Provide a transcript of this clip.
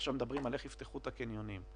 עכשיו מדברים איך יפתחו את הקניונים.